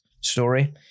story